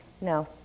No